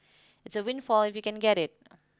it's a windfall if you can get it